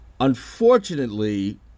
Unfortunately